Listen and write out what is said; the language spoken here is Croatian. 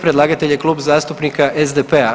Predlagatelj je Klub zastupnika SDP-a.